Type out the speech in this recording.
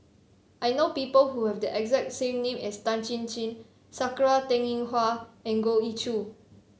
I know people who have the exact name as Tan Chin Chin Sakura Teng Ying Hua and Goh Ee Choo